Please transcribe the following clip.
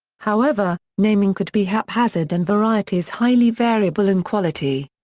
however, naming could be haphazard and varieties highly variable in quality.